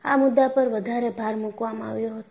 આ મુદ્દા પર વધારે ભાર મૂકવામાં આવ્યો હતો